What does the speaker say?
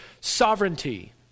sovereignty